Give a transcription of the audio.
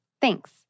Thanks